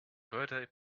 birthday